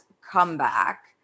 comeback